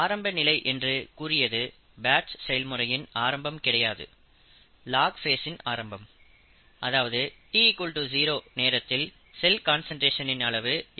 ஆரம்பநிலை என்று கூறியது பேட்ச் செயல்முறையின் ஆரம்பம் கிடையாது லாக் ஃபேஸ்சின் ஆரம்பம் அதாவது t0 நேரத்தில் செல் கான்சன்ட்ரேஷனின் அளவு x0